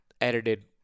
edited